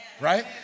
right